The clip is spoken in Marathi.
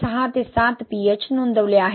6 ते 7 pH नोंदवले आहे